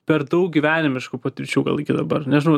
per daug gyvenimiškų patirčių gal iki dabar nežinau